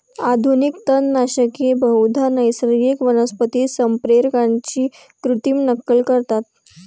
आधुनिक तणनाशके बहुधा नैसर्गिक वनस्पती संप्रेरकांची कृत्रिम नक्कल करतात